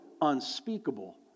unspeakable